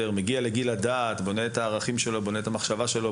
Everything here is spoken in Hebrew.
זה הגיל שהוא מגיע לגיל הדעת ובונה את המחשבה שלו,